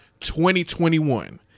2021